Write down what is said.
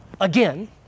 again